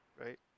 right